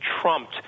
trumped